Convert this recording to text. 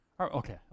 Okay